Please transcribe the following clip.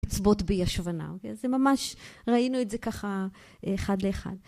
אצבוט בישבנה. זה ממש, ראינו את זה ככה אחד לאחד.